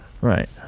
Right